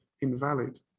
invalid